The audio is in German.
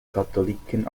katholiken